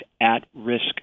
at-risk